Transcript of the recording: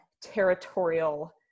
territorial